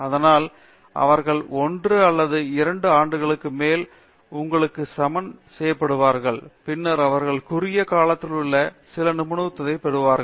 அதனால் அவர்கள் 1 அல்லது 2 ஆண்டுகளுக்கு மேல் உங்களுக்கு சமன் செய்யப்படுவார்கள் பின்னர் அவர்கள் குறுகிய பகுதியிலுள்ள சில நிபுணத்துவத்தை பெறுவார்கள்